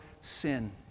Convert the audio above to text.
sin